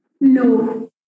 no